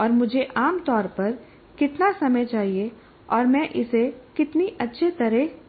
और मुझे आम तौर पर कितना समय चाहिए और मैं इसे कितनी अच्छी तरह करने जा रहा हूं